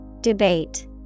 Debate